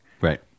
right